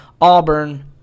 Auburn